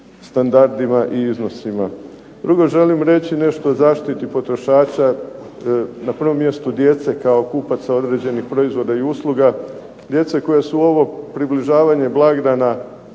standardima i iznosima. Drugo, želim reći nešto o zaštiti potrošača na prvom mjestu djece kao kupaca određenih proizvoda i usluga. Djeca koja su ovo približavanje blagdana